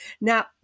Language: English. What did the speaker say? now